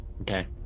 Okay